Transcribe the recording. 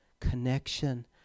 connection